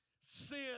sin